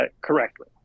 correctly